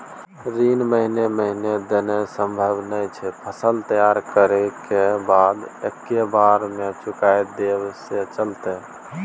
ऋण महीने महीने देनाय सम्भव नय छै, फसल तैयार करै के बाद एक्कै बेर में चुका देब से चलते?